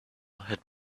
had